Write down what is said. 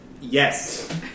Yes